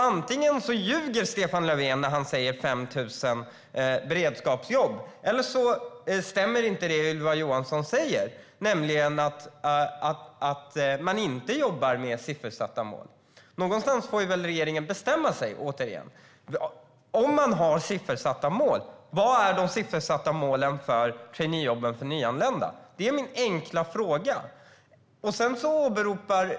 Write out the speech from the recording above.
Antingen ljuger Stefan Löfven när han talar om 5 000 beredskapsjobb eller också stämmer inte det som Ylva Johansson säger om att man inte jobbar med siffersatta mål. Någonstans får regeringen bestämma sig. Om man har siffersatta mål, vad är de siffersatta målen för traineejobben för nyanlända? Det är min enkla fråga.